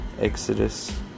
Exodus